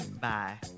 bye